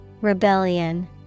Rebellion